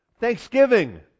Thanksgiving